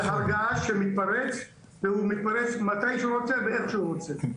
זה הר געש שמתפרץ מתי שהוא רוצה ואיך שהוא רוצה.